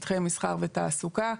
שטחי מסחר ותעסוקה.